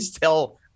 tell